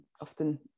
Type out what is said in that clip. often